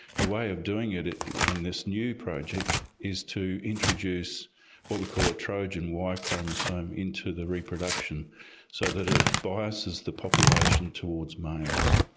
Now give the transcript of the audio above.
the way of doing it in this new project is to introduce what we call a trojan y chromosome into the reproduction so that it biases the population towards males.